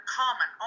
common